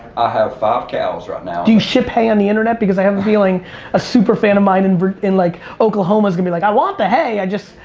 i have five cows right now. do you ship pay on the internet, because i have a feeling a super fan of mine and in like oklahoma is gonna be like, i want the hay, i just.